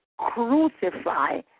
crucify